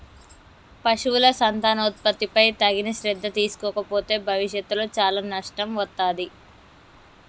పశువుల సంతానోత్పత్తిపై తగిన శ్రద్ధ తీసుకోకపోతే భవిష్యత్తులో చాలా నష్టం వత్తాది